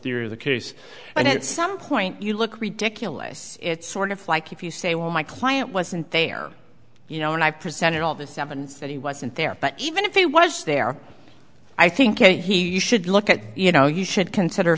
of the case and at some point you look ridiculous it's sort of like if you say well my client wasn't there you know and i've presented all this evidence that he wasn't there but even if it was there i think he should look at you know you should consider